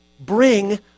bring